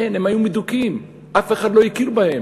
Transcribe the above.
אין, הם היו מדוכאים, אף אחד לא הכיר בהם,